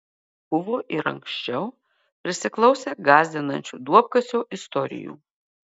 buvo ir anksčiau prisiklausę gąsdinančių duobkasio istorijų